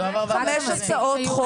חמש הצעות חוק,